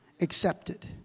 accepted